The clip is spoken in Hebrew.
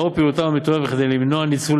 לאור פעילותם המתוארת וכדי למנוע ניצול